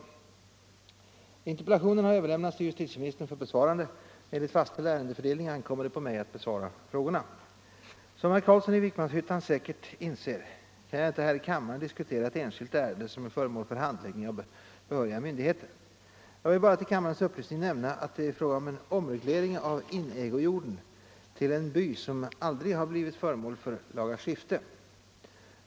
Interpellationen har överlämnats till justitieministern för besvarande. Enligt fastställd ärendefördelning ankommer det på mig att besvara frågorna. Som herr Carlsson i Vikmanshyttan säkert inser kan jag inte här i kammaren diskutera ett enskilt ärende som är föremål för handläggning av behöriga myndigheter. Jag vill bara till kammarens upplysning nämna att det gäller omreglering av inägojorden till en by som aldrig har blivit föremål för laga skifte.